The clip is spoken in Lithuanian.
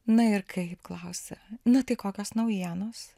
na ir kaip klausia na tai kokios naujienos